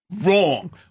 wrong